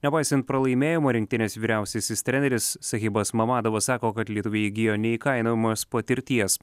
nepaisant pralaimėjimo rinktinės vyriausiasis treneris sahibas mamadavas sako kad lietuviai įgijo neįkainojamos patirties